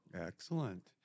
Excellent